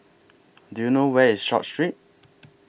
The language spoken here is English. Do YOU know Where IS Short Street